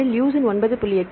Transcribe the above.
எனவே லுசின் 9